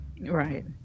right